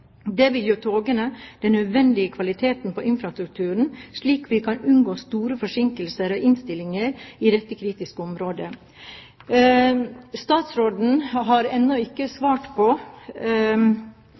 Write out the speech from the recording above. Det vil gi togene den nødvendige kvaliteten på infrastrukturen, slik at vi kan unngå store forsinkelser og innstillinger i dette kritiske området. Statsråden har ennå ikke